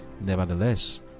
Nevertheless